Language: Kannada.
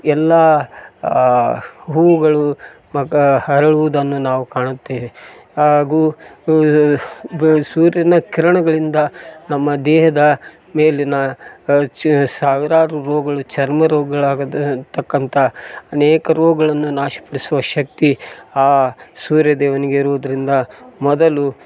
ಎಲ್ಲಾ ಹೂವುಗಳು ಮೊಗ್ಗು ಅರಳುವುದನ್ನು ನಾವು ಕಾಣುತ್ತೇವೆ ಹಾಗೂ ಸೂರ್ಯನ ಕಿರಣಗಳಿಂದ ನಮ್ಮ ದೇಹದ ಮೇಲಿನ ಸಾವಿರಾರು ರೋಗಳು ಚರ್ಮ ರೋಗಗಳು ಆಗದ ತಕ್ಕಂಥ ಅನೇಕ ರೋಗಗಳನ್ನು ನಾಶಪಡಿಸುವ ಶಕ್ತಿ ಆ ಸೂರ್ಯ ದೇವನಿಗೆ ಇರುವುದರಿಂದ ಮೊದಲು